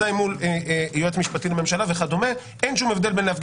מול יועץ משפטי לממשלה וכדומה אין שום הבדל בין להפגין